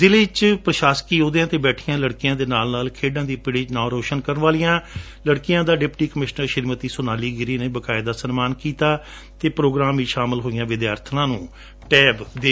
ਜਿਲ੍ਹੇ ਵਿਚ ਪ੍ਰਸ਼ਾਸਕੀ ਅਹੁਦਿਆਂ ਤੇ ਬੈਠੀਆਂ ਲੜਕੀਆਂ ਦੇ ਨਾਲ ਨਾਲ ਖੇਡਾਂ ਦੀ ਪਿੜ ਵਿਚ ਨਾ ਰੋਸ਼ਨ ਕਰਣ ਵਾਲੀਆ ਲਤਕੀਆ ਦਾ ਡਿਪਟੀ ਕਮਿਸ਼ਨਰ ਸ੍ਰੀਮਤੀ ਸੋਨੀਆ ਗਿਰੀ ਨੇ ਬਕਾਇਦਾ ਸਨਮਾਨ ਕੀਤਾ ਅਤੇ ਪ੍ਰੌਗਰਾਮ ਵਿਚ ਸ਼ਾਮਲ ਹੋਈਆਂ ਵਿਦਿਆਰਬਣਾਂ ਨੂੰ ਟੈਬ ਵੀ ਦਿੱਤੇ ਗਏ